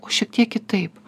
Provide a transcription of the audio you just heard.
o šiek tiek kitaip